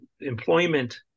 employment